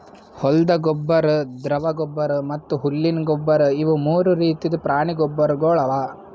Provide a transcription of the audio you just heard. ಹೊಲ್ದ ಗೊಬ್ಬರ್, ದ್ರವ ಗೊಬ್ಬರ್ ಮತ್ತ್ ಹುಲ್ಲಿನ ಗೊಬ್ಬರ್ ಇವು ಮೂರು ರೀತಿದ್ ಪ್ರಾಣಿ ಗೊಬ್ಬರ್ಗೊಳ್ ಅವಾ